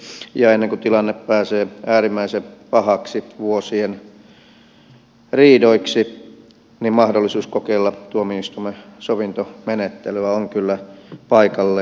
ennen kuin tilanne pääsee äärimmäisen pahaksi vuosien riidoiksi mahdollisuus kokeilla tuomioistuimen sovintomenettelyä on kyllä paikallaan